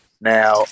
now